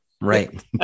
Right